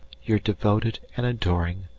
your devoted and adoring